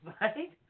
Right